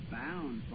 bound